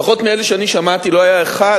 לפחות מאלה שאני שמעתי, לא היה אחד